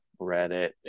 Reddit